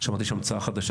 שמעתי שיש המצאה חדשה,